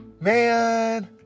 man